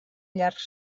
llargs